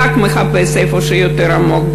דג מחפש איפה שיותר עמוק,